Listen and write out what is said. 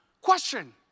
Question